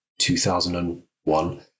2001